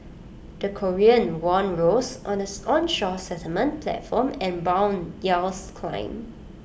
the Korean won rose on the onshore settlement platform and Bond yields climbed